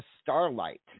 starlight